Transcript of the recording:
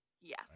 Yes